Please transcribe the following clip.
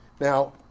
Now